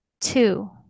two